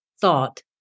thought